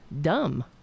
Dumb